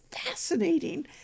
fascinating